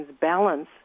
balance